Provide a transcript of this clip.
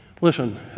Listen